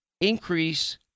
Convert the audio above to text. increase